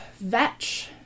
vetch